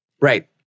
Right